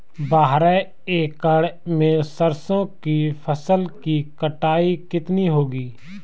बारह एकड़ में सरसों की फसल की कटाई कितनी होगी?